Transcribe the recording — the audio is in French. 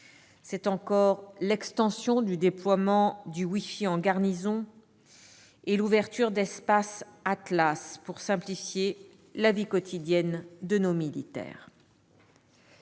C'est encore l'extension du déploiement du wifi en garnison et l'ouverture d'espaces Atlas pour simplifier la vie quotidienne de nos militaires.